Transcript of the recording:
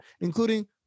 including